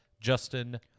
Justin